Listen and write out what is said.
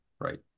right